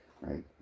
right